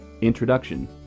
Introduction